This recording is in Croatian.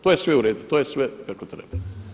To je sve u redu, to je sve kako treba.